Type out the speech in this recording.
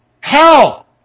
hell